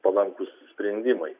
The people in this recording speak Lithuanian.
palankūs sprendimai